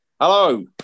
Hello